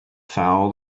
foul